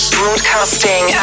broadcasting